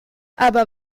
aber